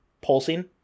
pulsing